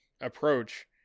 approach